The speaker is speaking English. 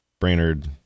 Brainerd